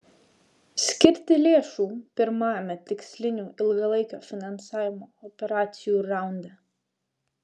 skirti lėšų pirmajame tikslinių ilgalaikio finansavimo operacijų raunde